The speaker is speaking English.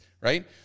right